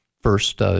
first